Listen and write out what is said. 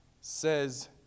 says